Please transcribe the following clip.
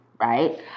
Right